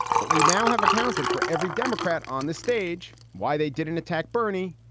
but we now have accounted for every democrat on the stage. why they didn't attack bernie.